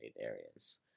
areas